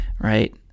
right